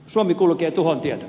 suomi kulkee tuhon tietä